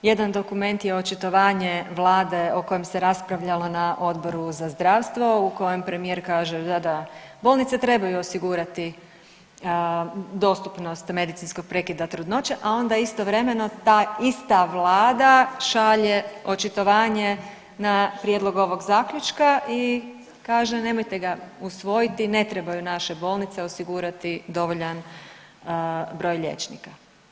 Jedan dokument je očitovanje Vlade o kojem se raspravljalo na Odboru za zdravstvo u kojem premijer kaže da, da, bolnice trebaju osigurati dostupnost medicinskog prekida trudnoće, a onda istovremeno ta ista Vlada šalje očitovanje na prijedlog ovog Zaključka i kaže, nemojte ga usvojiti, ne trebaju naše bolnice osigurati dovoljan broj liječnika.